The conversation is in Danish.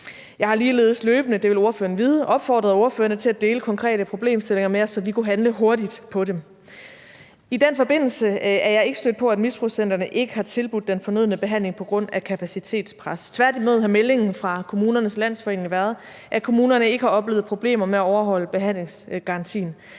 det vil ordføreren vide – opfordret ordførerne til at dele konkrete problemstillinger med os, så vi kunne handle hurtigt på dem. I den forbindelse er jeg ikke stødt på, at misbrugscentrene ikke har tilbudt den fornødne behandling på grund af kapacitetspres; tværtimod har meldingen fra Kommunernes Landsforening været, at kommunerne ikke har oplevet problemer med at overholde behandlingsgarantien.